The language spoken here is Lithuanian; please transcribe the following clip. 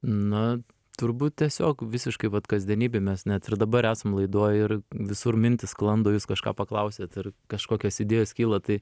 na turbūt tiesiog visiškai vat kasdienybėj mes net ir dabar esam laidoj ir visur mintys sklando jūs kažką paklausiat ir kažkokios idėjos kyla tai